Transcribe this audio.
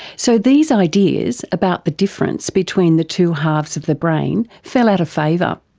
so these ideas about the difference between the two halves of the brain fell out of favour,